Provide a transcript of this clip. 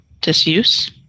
disuse